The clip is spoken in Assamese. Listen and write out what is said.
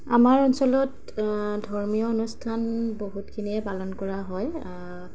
আমাৰ অঞ্চলত ধৰ্মীয় অনুষ্ঠান বহুতখিনিয়ে পালন কৰা হয়